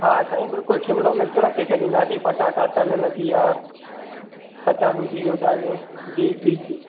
हा साईं बिल्कुलु शिमलो मिर्च रखे छॾींदासीं पटाटा तरियल थी विया कचालू थी वियो तव्हांजो जी जी जी